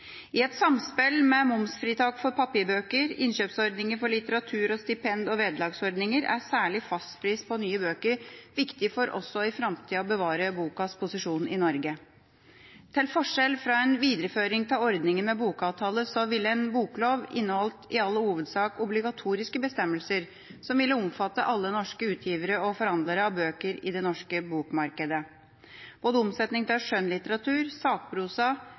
I et samspill med momsfritak for papirbøker, innkjøpsordninger for litteratur og stipend- og vederlagsordninger er særlig fastpris på nye bøker viktig for også i framtida å bevare bokas posisjon i Norge. Til forskjell fra en videreføring av ordninga med bokavtale, ville en boklov inneholdt i all hovedsak obligatoriske bestemmelser som ville omfattet alle norske utgivere og forhandlere av bøker i det norske bokmarkedet – omsetning av både skjønnlitteratur, sakprosa,